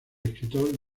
escritor